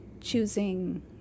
choosing